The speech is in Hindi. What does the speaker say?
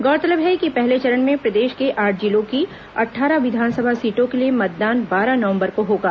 गौरतलब है कि पहले चरण में प्रदेश के आठ जिलों की अट्ठारह विधानसभा सीटों के लिए मतदान बारह नंवबर को होगा